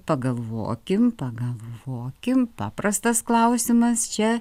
pagalvokim pagalvokim paprastas klausimas čia